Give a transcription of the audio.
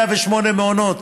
118 מעונות,